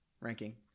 ranking